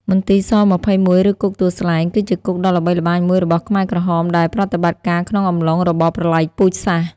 មន្ទីរ ស-២១ ឬគុកទួលស្លែង គឺជាគុកដ៏ល្បីល្បាញមួយរបស់ខ្មែរក្រហមដែលប្រតិបត្តិការក្នុងអំឡុងរបបប្រល័យពូជសាសន៍។